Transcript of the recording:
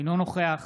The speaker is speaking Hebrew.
אינו נוכח